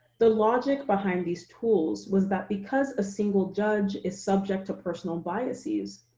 the logic behind these tools was that because a single judge is subject to personal biases,